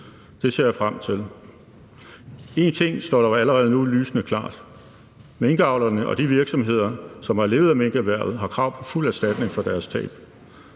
Det ser jeg frem til. En ting står dog allerede nu lysende klart: Minkavlerne og de virksomheder, som har levet af minkerhvervet, har krav på fuld erstatning for deres tab.